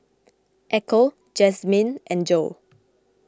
Echo Jazmine and Joe